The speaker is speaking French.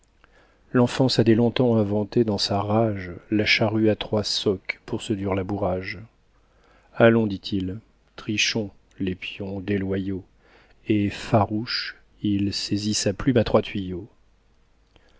l'enfance a dès longtemps inventé dans sa rage la charrue à trois socs pour ce dur labourage allons dit-il trichons les pions déloyaux et farouche il saisit sa plume à trois tuyaux